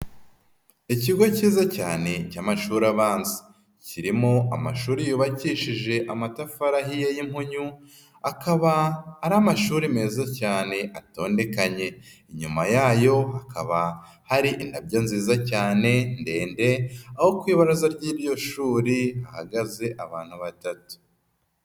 Ikigo kiza cyane cy'amashuri abanza kirimo amashuri yubakishije amatafari ahiye y'impunyu akaba ari amashuri meza cyane atondekanye, inyuma yayo hakaba hari indabyo nziza cyane ndende aho ku ibaraza ry'iryo shuri hahagaze abantu batatu.